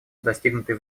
достигнутый